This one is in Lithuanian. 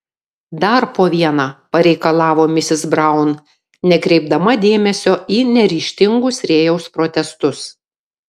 dar po vieną pareikalavo misis braun nekreipdama dėmesio į neryžtingus rėjaus protestus